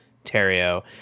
Ontario